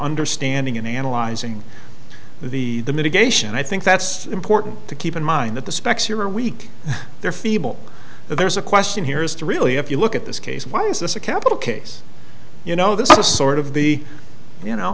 understanding in analyzing the the mitigation i think that's important to keep in mind that the specs here are weak there feeble but there's a question here is to really if you look at this case why is this a capital case you know this is sort of the you know